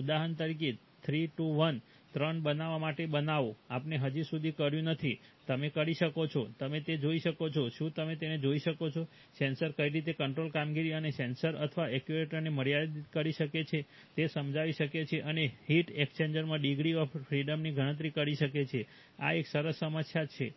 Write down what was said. ઉદાહરણ તરીકે three two one ત્રણ બનાવવા માટે બનાવો આપણે હજી સુધી કર્યું નથી તમે કરી શકો છો તમે તે જોઈ શકો છો શું તમે તેને જોઈ શકો છો સેન્સર કઈ રીતે કંટ્રોલ કામગીરી અને સેન્સર અથવા એક્ચ્યુએટરને મર્યાદિત કરી શકે છે તે સમજાવી શકે છે અને હીટ એક્સ્ચેન્જરમાં ડિગ્રી ઓફ ફ્રિડમની ગણતરી કરી શકે છે આ એક સરસ સમસ્યા છે